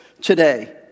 today